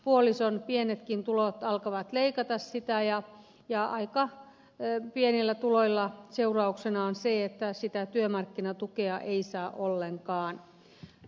puolison pienetkin tulot alkavat leikata sitä ja aika pienillä tuloilla seurauksena on se että sitä työmarkkinatukea ei saa ollenkaan